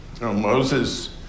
Moses